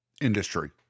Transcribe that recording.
Industry